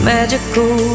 Magical